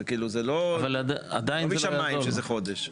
זה לא משמיים זה חודש.